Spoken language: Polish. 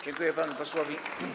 Dziękuję panu posłowi.